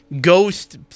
ghost